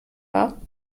wahr